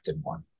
one